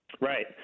Right